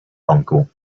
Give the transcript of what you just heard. uncle